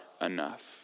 enough